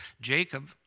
Jacob